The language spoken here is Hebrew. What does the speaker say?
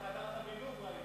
חזרת מלוב.